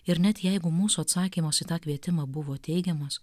ir net jeigu mūsų atsakymas į tą kvietimą buvo teigiamas